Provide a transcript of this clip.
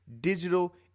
digital